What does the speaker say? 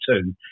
two